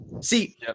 See